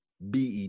BET